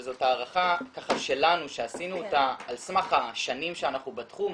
וזו הערכה שלנו שעשינו על סמך השנים שאנחנו בתחום,